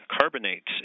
carbonates